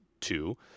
two